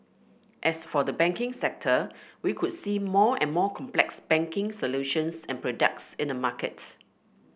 as for the banking sector we could see more and more complex banking solutions and products in the market